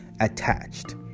attached